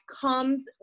comes